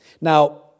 Now